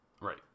Right